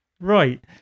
right